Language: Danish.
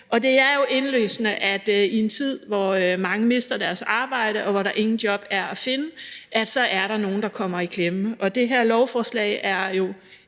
Det er jo indlysende, at i en tid, hvor mange mister deres arbejde, og hvor der ingen job er at finde, er der nogle, der kommer i klemme. Og det her lovforslag er jo